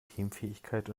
teamfähigkeit